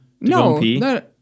No